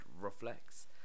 Reflex